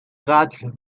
قتل